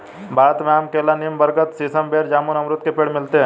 भारत में आम केला नीम बरगद सीसम बेर जामुन अमरुद के पेड़ मिलते है